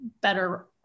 better